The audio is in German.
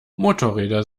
motorräder